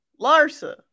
Larsa